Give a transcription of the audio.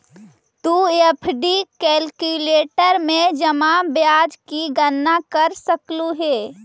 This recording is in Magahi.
तु एफ.डी कैलक्यूलेटर में जमा ब्याज की गणना कर सकलू हे